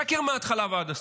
שקר מהתחלה ועד הסוף.